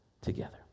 together